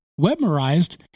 Webmerized